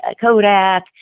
Kodak